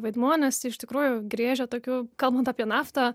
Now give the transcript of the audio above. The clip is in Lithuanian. vaidmuo nes iš tikrųjų griežia tokiu kalbant apie naftą